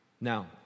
Now